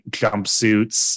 jumpsuits